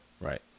Right